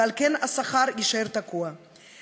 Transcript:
ועל כן השכר יישאר תקוע,